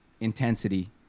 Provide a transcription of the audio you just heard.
intensity